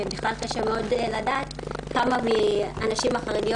ובכלל קשה מאוד לדעת כמה מן הנשים החרדיות